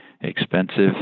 expensive